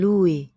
Lui